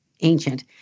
ancient